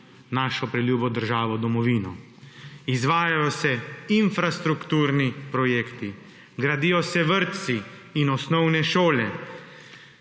našo preljubo državo domovino. Izvajajo se infrastrukturni projekti. Gradijo se vrtci in osnovne šole.